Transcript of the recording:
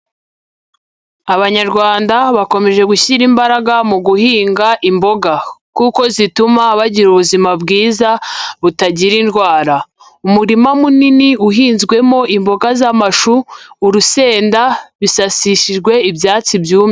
Abanyarwanda bakomeje gushyira imbaraga mu guhinga imboga kuko zituma bagira ubuzima bwiza butagira indwara, umurima munini uhinzwemo imboga z'amashu, urusenda, bisasishijwe ibyatsi byumye.